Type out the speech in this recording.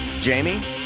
Jamie